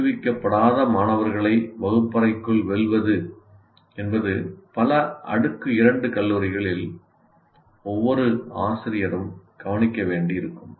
'ஊக்குவிக்கப்படாத மாணவர்களை வகுப்பறைக்குள் வெல்வது' என்பது பல அடுக்கு 2 கல்லூரிகளில் ஒவ்வொரு ஆசிரியரும் கவனிக்க வேண்டியிருக்கும்